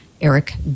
Eric